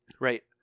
Right